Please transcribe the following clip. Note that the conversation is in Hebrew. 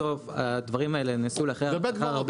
בסוף הדברים האלו נעשו אחרי הרבה --- אנחנו